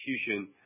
execution